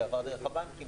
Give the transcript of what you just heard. זה עבר דרך הבנקים.